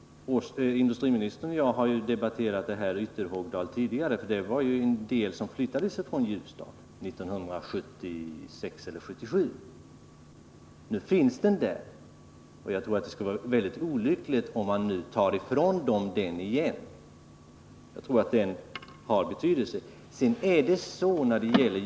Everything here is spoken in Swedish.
Industriministern och jag har debatterat Ytterhogdal tidigare. Den aktuella verksamheten flyttades från Ljusdal 1976 eller 1977. Nu finns den på orten, och jag tror att det skulle vara väldigt olyckligt om man tog bort den igen. Den har betydelse för Ytterhogdal.